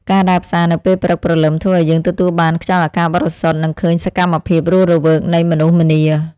ការដើរផ្សារនៅពេលព្រឹកព្រលឹមធ្វើឱ្យយើងទទួលបានខ្យល់អាកាសបរិសុទ្ធនិងឃើញសកម្មភាពរស់រវើកនៃមនុស្សម្នា។